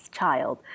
child